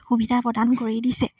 সুবিধা প্ৰদান কৰি দিছে